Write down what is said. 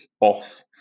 off